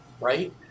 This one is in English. right